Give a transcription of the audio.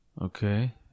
Okay